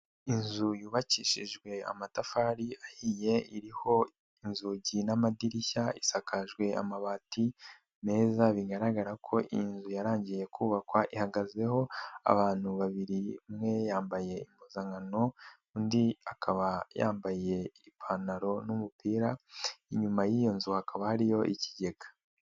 Inzu yubakishijwe amatafari ahiye, iriho inzugi n'amadirishya, isakajwe amabati meza bigaragara ko inzu yarangiye kubakwa, ihagazeho abantu babiri umwe yambaye impuzankano undi akaba yambaye ipantaro n'umupira, inyuma y'iyo nzu hakaba ariyo ikigega.